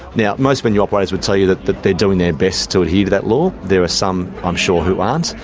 now, most venue operators would tell you that that they're doing their best to adhere to that law. there are some, i'm sure, who aren't,